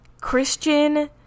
christian